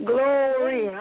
Glory